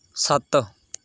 ਸੱਤ